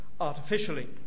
artificially